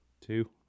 Two